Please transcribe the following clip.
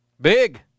Big